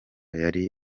yari